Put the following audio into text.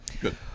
good